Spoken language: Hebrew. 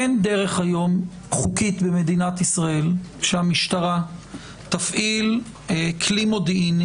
אין דרך חוקית היום במדינת ישראל שהמשטרה תפעיל כלי מודיעיני